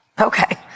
Okay